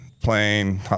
plane